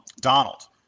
Donald